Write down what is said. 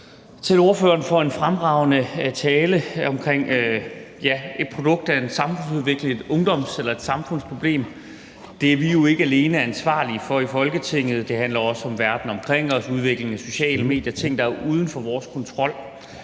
til ordføreren for en fremragende tale om et produkt af en samfundsudvikling, et ungdoms- eller samfundsproblem. Det er vi jo ikke alene ansvarlige for i Folketinget. Det handler også om verden omkring os: Udviklingen af sociale medier; ting, der er uden for vores kontrol.